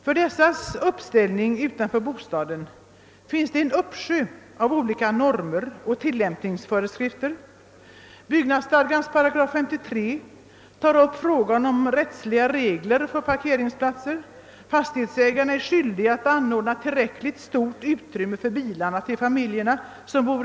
För deras uppställning "utanför bostaden finns en uppsjö 'av' olika normer och tillämp Byggnadsstadgans för-- parkeringsplatser; fastighetsägarna är skyldiga att anordna tillräckligt stort utrymme för att hyresgästerna skal kunna parkera sina bilar.